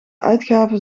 uitgaven